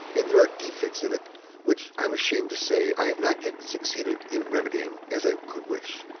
and there are defects in it which i am ashamed to say i have not yet succeeded in remedying as i could wish.